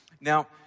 Now